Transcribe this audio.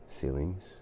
ceilings